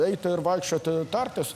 eiti ir vaikščioti tartis